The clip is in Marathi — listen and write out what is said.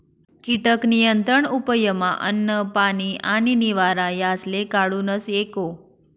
कीटक नियंत्रण उपयमा अन्न, पानी आणि निवारा यासले काढूनस एको